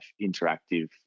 interactive